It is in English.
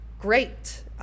great